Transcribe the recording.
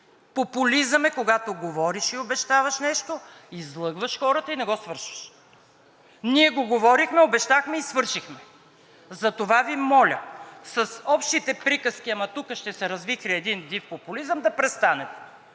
Популизъм е, когато говориш и обещаваш нещо, излъгваш хората и не го свършваш. Ние го говорихме, обещахме и свършихме. Затова Ви моля, с общите приказки – ама тук ще се развихри един див популизъм, да престанем,